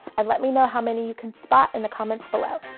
and let me know how many you can spot in the comments below.